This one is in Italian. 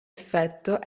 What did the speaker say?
effetto